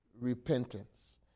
repentance